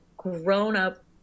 grown-up